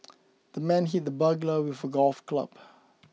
the man hit the burglar with a golf club